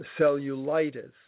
cellulitis